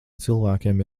cilvēkiem